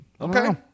Okay